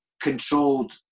controlled